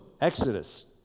Exodus